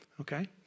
okay